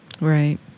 Right